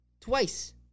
Twice